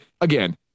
again